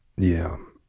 yeah